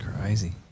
Crazy